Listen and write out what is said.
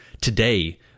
today